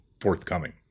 forthcoming